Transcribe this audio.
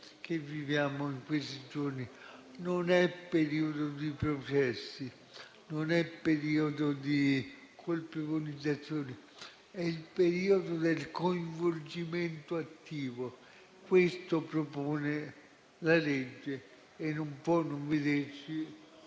che viviamo in questi giorni. Non è periodo di progressi, non è periodo di colpevolizzazione; è il periodo del coinvolgimento attivo. Questo propone la legge e non può non vederci